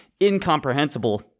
incomprehensible